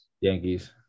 yankees